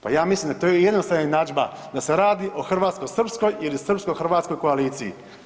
Pa ja mislim da je jednostavna jednadžba da se radi o hrvatsko-srpskoj ili srpsko-hrvatskoj koaliciji.